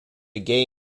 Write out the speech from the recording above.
gay